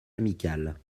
amical